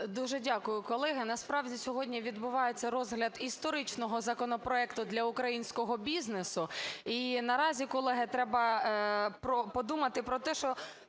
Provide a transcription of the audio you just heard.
Дуже дякую, колеги. Насправді сьогодні відбувається розгляд історичного законопроекту для українського бізнесу. І наразі, колеги, треба подумати про те, що